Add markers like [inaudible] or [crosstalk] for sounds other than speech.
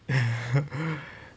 [laughs]